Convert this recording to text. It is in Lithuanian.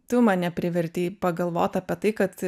tu mane privertei pagalvot apie tai kad